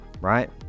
right